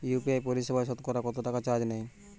UPI পরিসেবায় সতকরা কতটাকা চার্জ নেয়?